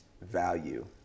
value